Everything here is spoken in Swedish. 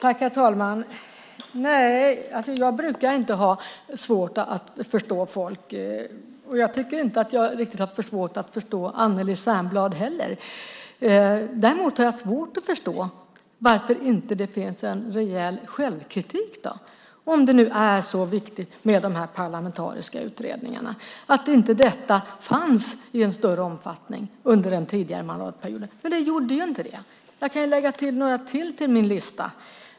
Herr talman! Jag brukar inte ha svårt att förstå folk. Jag tycker inte att jag har svårt att förstå Anneli Särnblad heller. Däremot har jag svårt att förstå varför det inte finns en rejäl självkritik om det nu är så viktigt med dessa parlamentariska utredningar och varför detta inte fanns i en större omfattning under den tidigare mandatperioden, men det gjorde inte det. Jag kan lägga till några ytterligare namn på min lista.